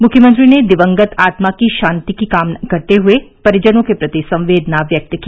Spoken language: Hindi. मुख्यमंत्री ने दिवंगत आत्मा की शांति की कामना करते हुए परिजनों के प्रति संवेदना व्यक्त की